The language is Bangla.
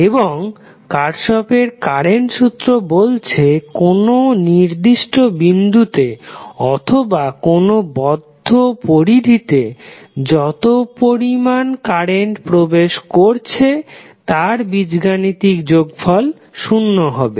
এবং কার্শফের কারেন্ট সূত্র বলছে কোন নির্দিষ্ট বিন্দুতে অথবা কোন বদ্ধ পরিধিতে যত পরিমাণ কারেন্ট প্রবেশ করছে তার বীজগাণিতিক যোগফল শুন্য হবে